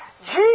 Jesus